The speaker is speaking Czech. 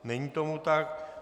Není tomu tak.